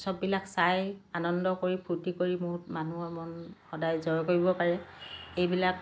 উৎসৱবিলাক চাই আনন্দ কৰি ফূৰ্তি কৰি মানুহৰ মন সদায় জয় কৰিব পাৰে এইবিলাক